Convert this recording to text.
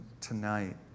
tonight